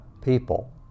people